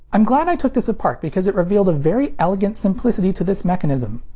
i'm glad i took this apart because it revealed a very elegant simplicity to this mechanism.